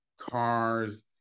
cars